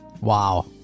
Wow